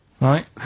Right